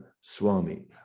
Swami